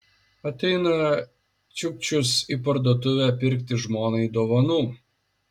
ateina čiukčius į parduotuvę pirkti žmonai dovanų